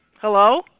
Hello